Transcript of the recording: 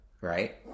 right